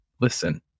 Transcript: listen